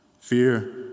Fear